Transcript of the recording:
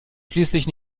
schließlich